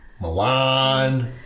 Milan